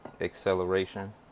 acceleration